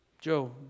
Joe